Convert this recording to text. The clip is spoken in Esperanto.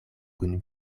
kun